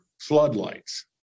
floodlights